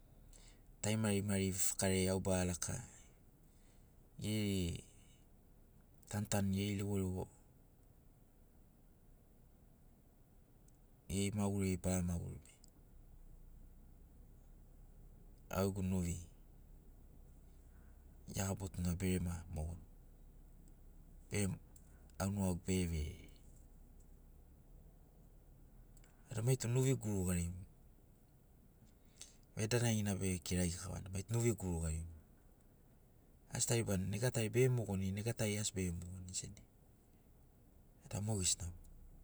Tarimarima vefakariai au ba laka ḡeri tantanu ḡeri liḡoliḡo ḡeri maḡuriai ba maḡuri au ḡegu nuvi iaḡabotuna bere ma moḡoni be au nuḡagu bere vei vada maitu nuvi guruḡari vedanaḡina bekirari kavana maitu nuvi guruḡari moḡo asi taribani nega tai be moḡonini nega tai asi be moḡonini sena vada moḡesina moḡo